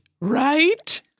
right